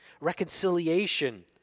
Reconciliation